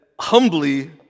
humbly